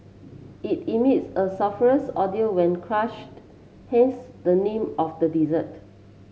it emits a sulphurous odour when crushed hence the name of the dessert